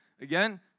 Again